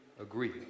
agree